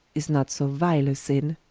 is not so vile a sinne,